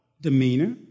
demeanor